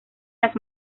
las